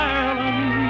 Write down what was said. Ireland